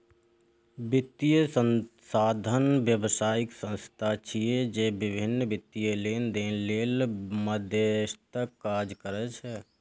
वित्तीय संस्थान व्यावसायिक संस्था छिय, जे विभिन्न वित्तीय लेनदेन लेल मध्यस्थक काज करै छै